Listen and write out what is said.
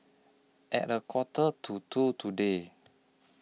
At A Quarter to two today